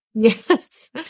Yes